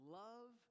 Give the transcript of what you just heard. love